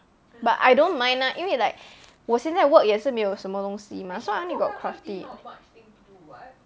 but I don't mind lah 因为 like 我现在 work 也是没有什么东西 mah so I only got craft it